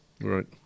Right